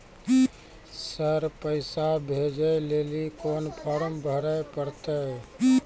Sir पैसा भेजै लेली कोन फॉर्म भरे परतै?